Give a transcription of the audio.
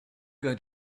going